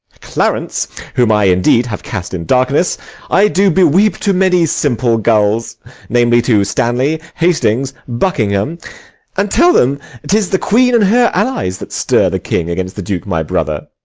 clarence whom i indeed have cast in darkness i do beweep to many simple gulls namely, to stanley, hastings, buckingham and tell them tis the queen and her allies that stir the king against the duke my brother.